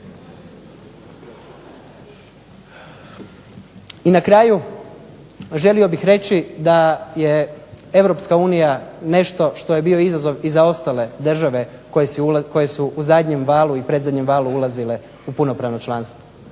I na kraju želio bih reći da je EU nešto što je bio izazov i za ostale države koje su u zadnjem i predzadnjem valu ulazile u punopravno članstvo.